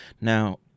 Now